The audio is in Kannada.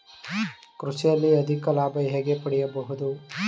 ಕೃಷಿಯಲ್ಲಿ ಅಧಿಕ ಲಾಭ ಹೇಗೆ ಪಡೆಯಬಹುದು?